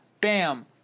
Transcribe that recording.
Bam